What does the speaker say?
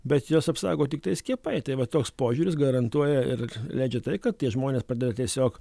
bet juos apsaugo tiktai skiepai tai va toks požiūris garantuoja ir leidžia tai kad tie žmonės pradeda tiesiog